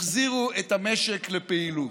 החזירו את המשק לפעילות.